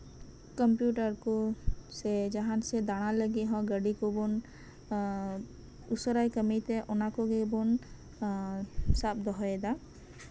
computer ᱠᱚ ᱥᱮ ᱡᱟᱦᱟᱸᱥᱮᱡ ᱪᱟᱞᱟᱜ ᱞᱟᱹᱜᱤᱫ ᱜᱟᱹᱰᱤ ᱠᱚᱵᱚᱱ ᱩᱥᱟᱹᱨᱟᱭ ᱠᱟᱹᱢᱤ ᱛᱮ ᱚᱱᱟ ᱠᱚᱜᱮ ᱵᱚᱱ ᱥᱟᱵ ᱫᱚᱦᱚᱭᱮᱫᱟ